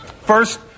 First